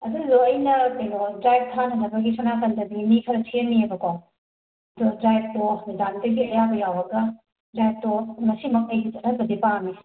ꯑꯗꯨꯗꯣ ꯑꯩꯅ ꯀꯩꯅꯣ ꯗ꯭ꯔꯥꯏꯕ ꯗ꯭ꯔꯥꯏ ꯊꯥꯅꯅꯕꯒꯤ ꯁꯣꯝ ꯅꯥꯀꯟꯗꯗꯤ ꯃꯤ ꯈꯔ ꯁꯦꯝꯃꯤꯕꯀꯣ ꯑꯗꯣ ꯗ꯭ꯔꯥꯏ꯭ꯕꯇꯣ ꯃꯦꯗꯥꯝꯗꯒꯤ ꯑꯌꯥꯕ ꯌꯥꯎꯔꯒ ꯗ꯭ꯔꯥꯏ꯭ꯕꯇꯣ ꯉꯁꯤꯃꯛ ꯑꯩꯗꯤ ꯆꯠꯍꯟꯕꯗꯤ ꯄꯥꯝꯃꯦ